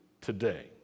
today